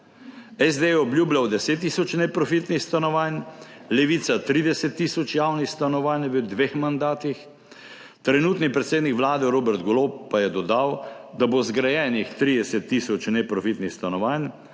»SD je obljubljal 10 tisoč neprofitnih stanovanj, Levica 30 tisoč javnih stanovanj v dveh mandatih, trenutni predsednik Vlade Robert Golob pa je dodal, da bo zgrajenih 30 tisoč neprofitnih stanovanj